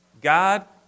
God